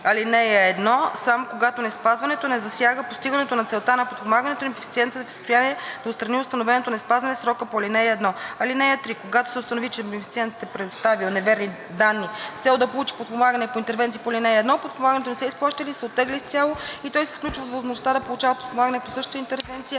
ал. 1 само когато неспазването не засяга постигането на целта на подпомагането и бенефициентът е в състояние да отстрани установеното неспазване в срока по ал. 1. (3) Когато се установи, че бенефициентът е представил неверни данни с цел да получи подпомагане по интервенции по ал. 1, подпомагането не се изплаща или се оттегля изцяло и той се изключва от възможността да получава подпомагане по същата интервенция